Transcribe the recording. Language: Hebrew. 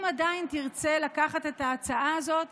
אם עדיין תרצה לקחת את ההצעה הזאת,